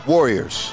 Warriors